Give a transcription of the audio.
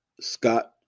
Scott